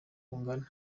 bungana